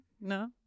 No